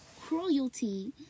cruelty